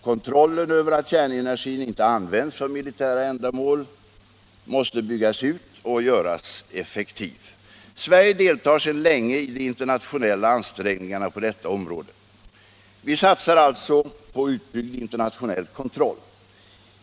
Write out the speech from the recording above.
Kontrollen över att kärnenergin inte används för militära ändamål måste byggas ut och göras effektiv. Sverige deltar sedan länge i de internationella ansträngningarna på detta område. Vi satsar alltså på utbyggd internationell kontroll.